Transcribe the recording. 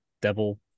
devil